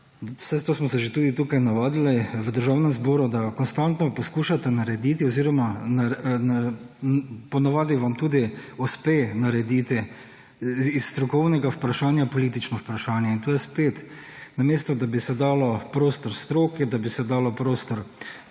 to smo se že tudi tukaj navadili v Državnem zboru, da konstantno poskušate narediti oziroma ponavadi vam tudi uspe narediti iz strokovnega vprašanja politično vprašanje. In tu je spet, namesto da bi se dalo prostor stroki, da bi se dalo prostor